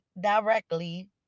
directly